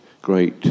great